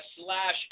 slash